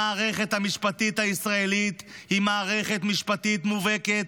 המערכת המשפטית הישראלית היא מערכת משפטית מובהקת,